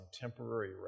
temporary